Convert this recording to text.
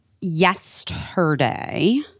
yesterday